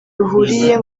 ruhuriye